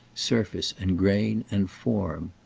surface and grain and form.